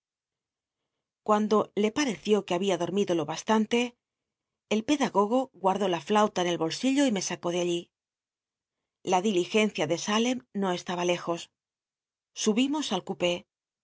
cuando le pareció que había dorm ido lo bastan le el pedagogo guardó la llauj a en el bolsillo y me sacó de allí la diligencia de salem no estaba lejos subimos al cupé